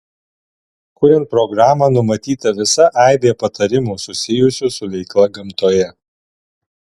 kuriant programą numatyta visa aibė patarimų susijusių su veikla gamtoje